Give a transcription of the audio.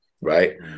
Right